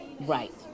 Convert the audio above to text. Right